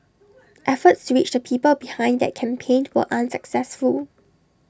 efforts to reach the people behind that campaign were unsuccessful